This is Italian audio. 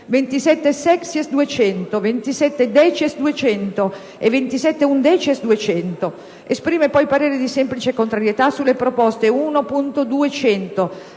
27-*sexies*.200, 27-*decies*.200 e 27-*undecies*.200. Esprime poi parere di semplice contrarietà sulle proposte 1.200,